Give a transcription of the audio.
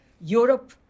Europe